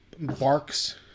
Barks